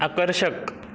आकर्षक